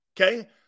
Okay